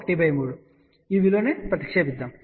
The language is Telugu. మనం విలువను ప్రతిక్షేపిస్తాము